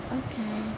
okay